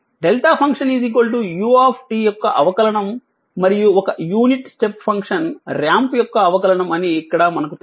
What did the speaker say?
delta function u యొక్క అవకలనం మరియు ఒక యూనిట్ స్టెప్ ఫంక్షన్ రాంప్ యొక్క అవకలనం అని ఇక్కడ మనకు తెలుసు